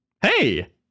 Hey